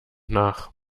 nach